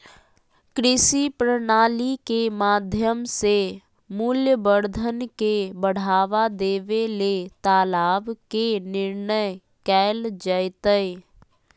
कृषि प्रणाली के माध्यम से मूल्यवर्धन के बढ़ावा देबे ले तालाब के निर्माण कैल जैतय